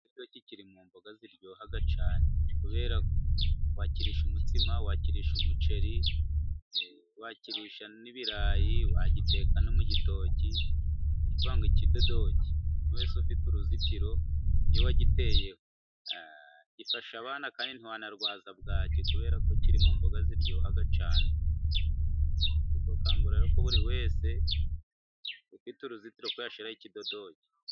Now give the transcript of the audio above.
Ikidodoki kiri mu mboga ziryoha cyane, kubera ko wakirisha umutsima, wakirisha umuceri, wakirisha n'ibirayi, wagiteka no mu gitoki, ni ukuvuga ngo ikidodoki umuntu wese ufite uruzitiro, iyo wagiteye, gifasha abana kandi ntiwanarwaza bwaki kubera ko kiri mu mboga ziryoha cyane. Ndi kubakangurira rero ko buri wese ufite uruzitiro ko yashyiraho ikidodoke.